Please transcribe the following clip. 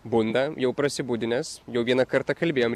bunda jau prasibudinęs jau vieną kartą kalbėjom